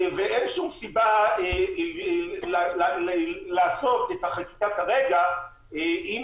שאין שום סיבה לעשות את החקיקה כרגע אם